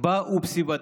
בה ובסביבתה.